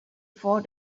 four